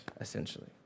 essentially